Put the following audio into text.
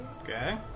Okay